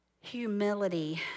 humility